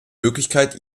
möglichkeit